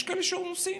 יש כאלה שנוסעים,